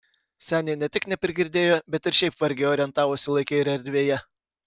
senė ne tik neprigirdėjo bet ir šiaip vargiai orientavosi laike ir erdvėje